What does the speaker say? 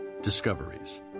Discoveries